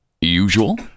usual